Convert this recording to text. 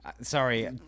Sorry